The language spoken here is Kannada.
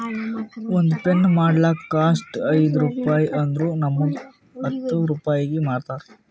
ಒಂದ್ ಪೆನ್ ಮಾಡ್ಲಕ್ ಕಾಸ್ಟ್ ಐಯ್ದ ರುಪಾಯಿ ಆದುರ್ ನಮುಗ್ ಹತ್ತ್ ರೂಪಾಯಿಗಿ ಮಾರ್ತಾರ್